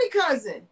cousin